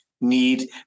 Need